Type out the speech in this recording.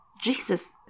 Jesus